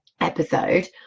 episode